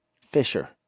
fisher